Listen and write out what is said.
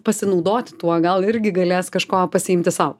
pasinaudoti tuo gal irgi galės kažko pasiimti sau